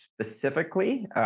specifically